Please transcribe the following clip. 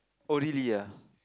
oh really ah